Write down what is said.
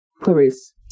Clarice